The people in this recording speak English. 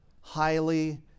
highly